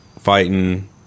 fighting